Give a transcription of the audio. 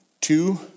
Two